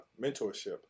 mentorship